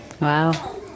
Wow